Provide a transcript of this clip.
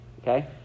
okay